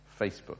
Facebook